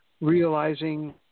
realizing